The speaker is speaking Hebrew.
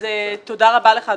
תודה רבה לך,